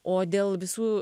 o dėl visų